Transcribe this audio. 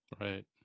Right